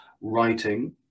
writing